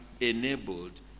enabled